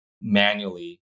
manually